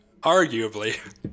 Arguably